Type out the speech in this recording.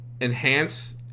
enhance